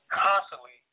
constantly